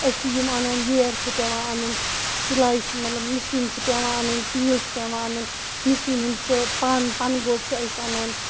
أسۍ چھِ یِم اَنان ییر چھُ پیٚوان اَنُن سِلایہِ مَطلَب مِشیٖن چھِ پیٚوان اَنٕنۍ تیٖل چھُ پیٚوان اَنُن مِشیٖن ہَنٛد سہُ پَن پَنہٕ گوٹہٕ چھِ أسۍ اَنان